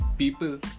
people